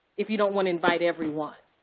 if you don't want to invite everyone?